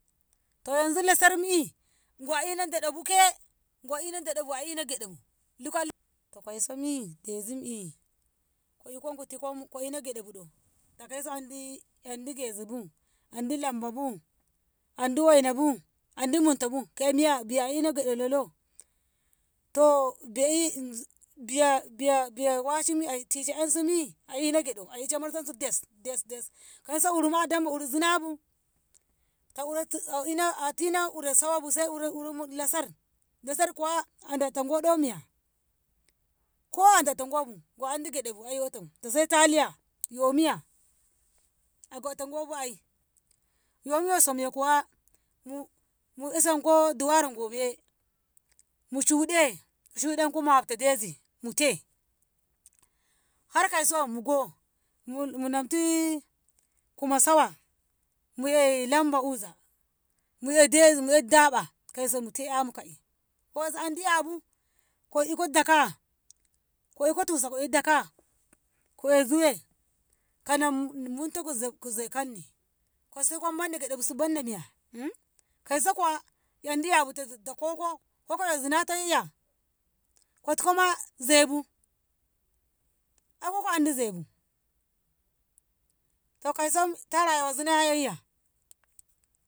To yanzu lasarmu'e go a ina daɗobu ke go a ina daɗobu a ina gyaɗabu luka. kausomi dezim'i ko iko ko tuko ko ina gyaɗabu do? ta kauso andi gezibu andi lambabu andi wainabu andi muntabu ke miya biya a ina gyaɗau lolo? to be'i- zim biya- biyak washi a tishe ensu mi a ina gyaɗau a ishe marshensu desdesdes. kauso uruma a damɓa uru zinabu ta uratu- ta a tina uresawabu sai uremumu lasar, lasarkuwa a datago miya ko a data gobu, go andi gyaɗau bu ai woto ta sai taliya yo miya a gota gobu yomi yosom yakuwa mu- mu isonko duwaro gobiye mushuɗe, mushuɗen koma muhafta dezi mute harkauso mugo munamti kuma sawa mu'e lamba uza mu'e dazi, mu'e daɓa kauso mute 'yamu ka'e kauso andi 'yabu ko iko daka ko iko tusa ko'e daka ko'e kanammunto kuzab- kuzabkanni kosiko manni gyaɗaubu si banda miya kauso kuwa andi 'yabu ta- ta- ta koko, koko 'yakzinato yoyiya ko tukoma zaibu ai koko andi zaibu to kauso ta rayuwa zina yoyiya.